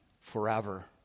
forever